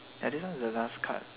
ya this one is the last card